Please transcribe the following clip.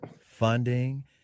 funding